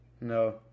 No